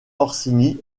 orsini